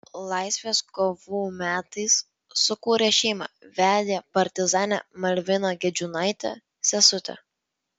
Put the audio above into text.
laisvės kovų metais sukūrė šeimą vedė partizanę malviną gedžiūnaitę sesutę